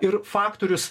ir faktorius